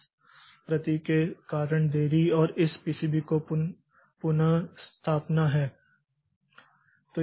इस प्रति के कारण देरी और इस पीसीबी की पुनर्स्थापना है